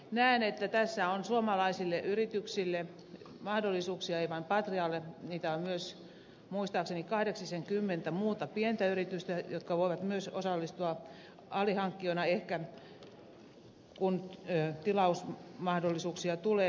näen että tässä on suomalaisille yrityksille mahdollisuuksia ei vain patrialle niitä on myös muistaakseni kahdeksisenkymmentä muuta pientä yritystä jotka voivat myös osallistua ehkä alihankkijoina kun tilausmahdollisuuksia tulee myöhemmin